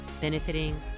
benefiting